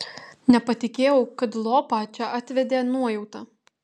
nepatikėjau kad lopą čia atvedė nuojauta